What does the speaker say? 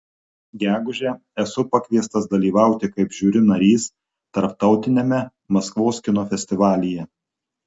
gegužę esu pakviestas dalyvauti kaip žiuri narys tarptautiniame maskvos kino festivalyje